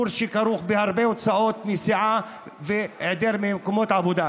קורס שכרוך בהרבה הוצאות נסיעה והיעדרות ממקומות עבודה.